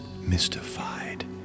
mystified